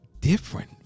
different